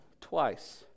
twice